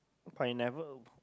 but he never